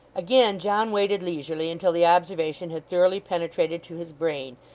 again john waited leisurely until the observation had thoroughly penetrated to his brain,